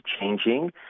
changing